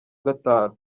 gatanu